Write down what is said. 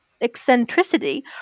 eccentricity